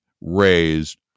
raised